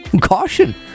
caution